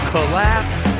Collapse